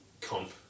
comp